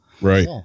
Right